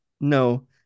No